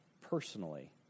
personally